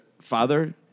father